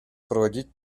проводить